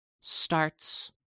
starts